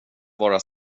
vara